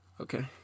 Okay